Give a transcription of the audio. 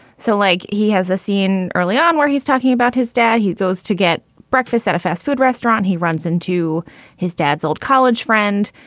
so like he has a scene early on where he's talking about his dad. he goes to get breakfast at a fast food restaurant. he runs in to his dad's old college friend.